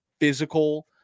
physical